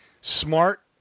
Smart